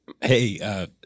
hey